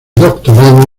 doctorado